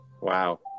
Wow